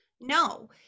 no